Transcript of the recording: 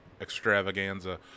extravaganza